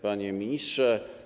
Panie Ministrze!